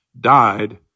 died